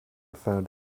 found